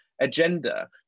agenda